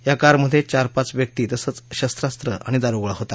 या कारमध्ये चार पाच व्यक्ती तसंच शस्त्रास्त्र आणि दारुगोळा होता